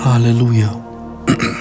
Hallelujah